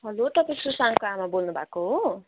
hello तपाईँ सुशान्तको आमा बोल्नुभएको हो